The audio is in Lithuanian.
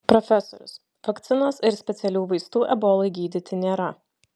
profesorius vakcinos ir specialių vaistų ebolai gydyti nėra